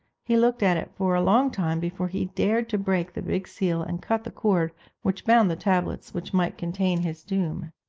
he looked at it for a long time before he dared to break the big seal and cut the cord which bound the tablets which might contain his doom.